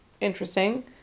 Interesting